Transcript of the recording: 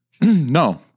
No